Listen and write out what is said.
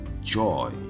joy